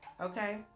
okay